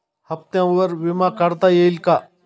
हप्त्यांवर विमा काढता येईल का?